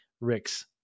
Rick's